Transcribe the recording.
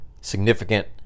significant